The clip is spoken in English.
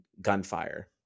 gunfire